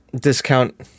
discount